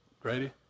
Grady